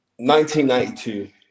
1992